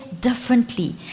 differently